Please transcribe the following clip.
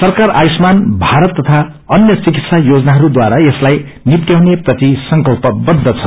सरकार आयुषमान भारत तथा अन्य विकित्सा योजनाहरूद्वारा यसलाई निप्टेयाउने प्रति संकल्पवज्ञ छ